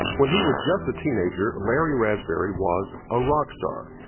when he was just a teenager, larry raspberry was a rock star.